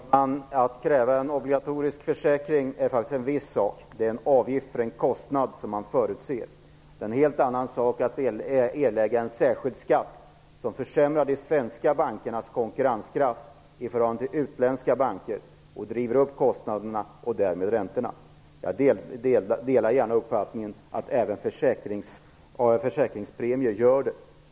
Herr talman! Att kräva en obligatorisk försäkring är en sak. Det är en avgift för en kostnad som man förutser. Det är en helt annan sak att erlägga en särskild skatt som försämrar de svenska bankernas konkurrenskraft i förhållande till utländska banker och driver upp kostnaderna och därmed räntorna. Jag delar uppfattningen att även försäkringspremier gör detta.